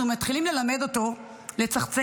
אנחנו מתחילים ללמד אותו לצחצח.